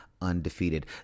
undefeated